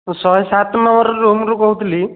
ମୁଁ ଶହେ ସାତ ନମ୍ବର୍ ରୁମ୍ରୁ କହୁଥିଲି